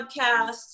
podcasts